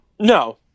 No